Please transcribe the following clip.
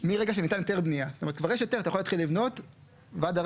מצד אחד